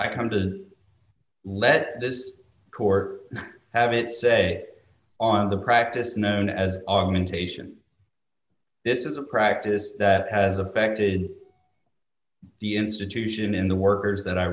i come to let this court have it say on the practice known as are going to asian this is a practice that has affected the institution in the workers that i